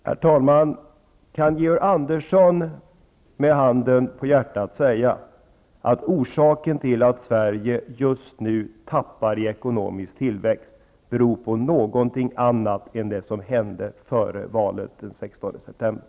Herr talman! Kan Georg Andersson med handen på hjärtat säga att orsaken till att Sverige just nu tappar i ekonomisk tillväxt beror på någonting annat än det som hände före valet den 16 september